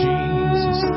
Jesus